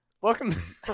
welcome